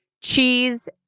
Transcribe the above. cheese